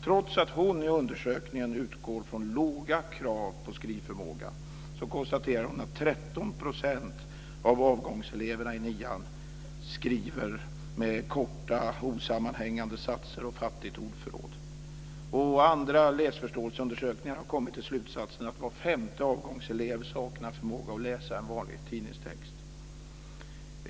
Trots att hon i undersökningen utgår från låga krav på skrivförmåga konstaterar hon att 13 % av avgångseleverna i nian skriver med korta, osammanhängande satser och fattigt ordförråd. Andra läsförståelseundersökningar har kommit till slutsatsen att var femte avgångselev saknar förmåga att läsa en vanlig tidningstext.